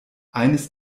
eines